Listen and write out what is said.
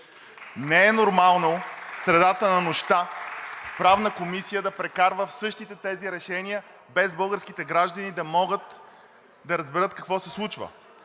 Не е нормално в средата на нощта Правната комисия да прокарва същите тези решения, без българските граждани да могат да разберат какво се случва.